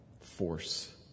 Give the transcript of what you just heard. force